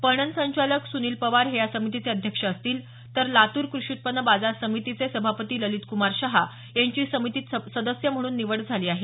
पणन संचालक सुनिल पवार हे या समितीचे अध्यक्ष असतील तर लातूर कृषी उत्पन्न बाजार समितीचे सभापती ललितकुमार शहा यांची समितीत सदस्य म्हणून निवड झाली आहे